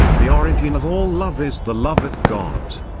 the origin of all love is the love of god.